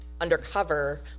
undercover